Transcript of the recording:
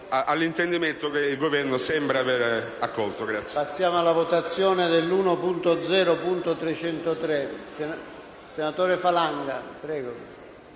all'intendimento che il Governo sembra aver accolto.